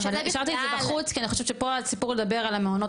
אבל השארתי את זה בחוץ כי אני חושבת שפה הסיפור לדבר על המעונות